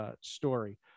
story